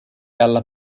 alla